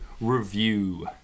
review